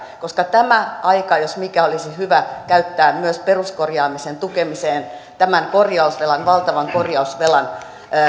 koska tämä aika jos mikä olisi hyvä käyttää myös peruskorjaamisen tukemiseen tämän korjausvelan valtavan korjausvelan